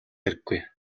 хэрэггүй